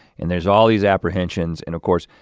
and there's all these apprehensions, and of course,